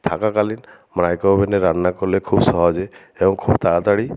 থাকাকালীন মাইক্রো ওভেনে রান্না করলে খুব সহজে এবং খুব তাড়াতাড়ি